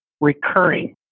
recurring